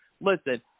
listen